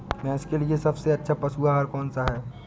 भैंस के लिए सबसे अच्छा पशु आहार कौन सा है?